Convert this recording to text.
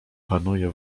panuje